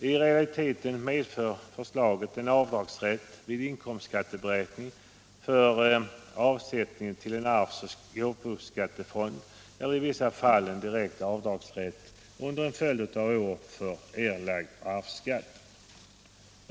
I realiteten medför förslaget en avdragsrätt vid inkomstskatteberäkningen för avsättning till en arvs och gåvoskattefond, eller i vissa fall en direkt avdragsrätt under en följd av år för erlagd arvsskatt.